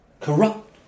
corrupt